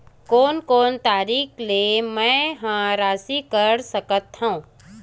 कोन कोन तरीका ले मै ह राशि कर सकथव?